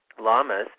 llamas